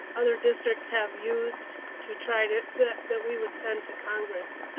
other districts have used to try to, that that we would send to congress.